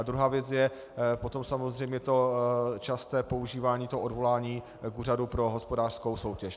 Druhá věc je potom samozřejmě to časté používání toho odvolání k Úřadu pro hospodářskou soutěž.